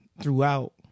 throughout